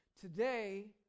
Today